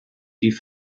die